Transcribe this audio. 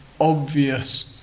obvious